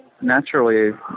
naturally